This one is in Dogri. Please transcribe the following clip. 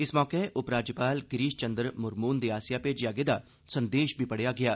इस मौके उपराज्यपाल गिरीश चन्द्र मुर्मू हुंदे आस्सेआ भेजेया गेदा संदेश बी पढ़ेया गेआ